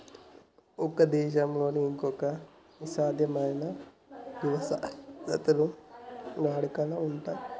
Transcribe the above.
ఒక్కో దేశంలో ఒక్కో ఇధమైన యవసాయ పద్ధతులు వాడుకలో ఉంటయ్యి